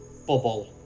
bubble